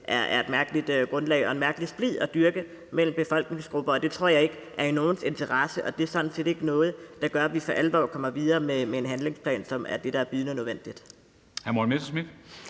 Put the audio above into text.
er et mærkeligt grundlag at gå ud fra og en mærkelig måde at så splid mellem befolkningsgrupper på, og det tror jeg ikke er i nogens interesse. Det er sådan set ikke noget, der gør, at vi for alvor kommer videre med en handlingsplan, som er det, der er bydende nødvendigt.